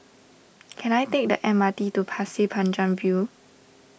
can I take the M R T to Pasir Panjang View